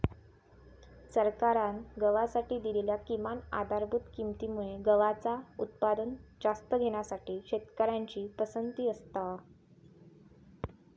सरकारान गव्हासाठी दिलेल्या किमान आधारभूत किंमती मुळे गव्हाचा उत्पादन जास्त घेण्यासाठी शेतकऱ्यांची पसंती असता